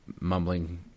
mumbling